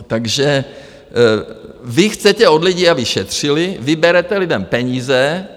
Takže vy chcete od lidí, aby šetřili, vy berete lidem peníze.